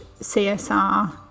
csr